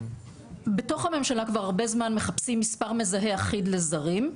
בתוך הממשלה כבר הרבה זמן מחפשים מספר מזהה אחיד לזרים.